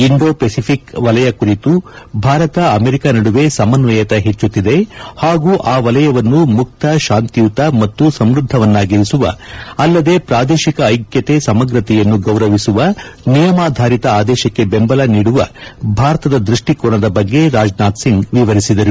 Indo Pacific ವಲಯ ಕುರಿತು Bharat America ನಡುವೆ ಸಮನ್ನಯತೆ ಹೆಚ್ಚುತ್ತಿದೆ ಹಾಗೂ ಆ ವಲಯವನ್ನು ಮುಕ್ತ ಶಾಂತಿಯುತ ಮತ್ತು ಸಮ್ಪದ್ದವನ್ನಾಗಿರಿಸುವ ಅಲ್ಲದೆ ಪ್ರಾದೇಶಿಕ ಐಕ್ಷತೆ ಸಮಗ್ರತೆಯನ್ನು ಗೌರವಿಸುವ ನಿಯಮಾಧರಿತ ಆದೇಶಕ್ಕೆ ಬೆಂಬಲ ನೀಡುವ ಭಾರತದ ದ್ವಷ್ಟಿಕೋನದ ಬಗ್ಗೆ ರಾಜನಾಥ್ ಸಿಂಗ್ ವಿವರಿಸಿದರು